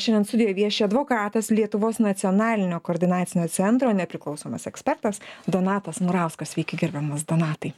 šiandien studijoj vieši advokatas lietuvos nacionalinio koordinacinio centro nepriklausomas ekspertas donatas murauskas sveiki gerbiamas donatai